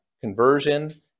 conversion